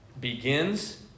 begins